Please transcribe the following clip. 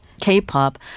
K-pop